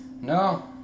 No